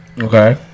Okay